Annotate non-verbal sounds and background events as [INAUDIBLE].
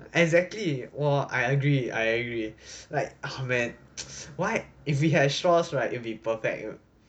exactly !whoa! I agree I agree like [BREATH] man right if we have straws right it'll be perfect